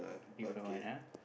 different one ah